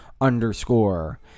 underscore